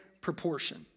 proportion